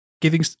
giving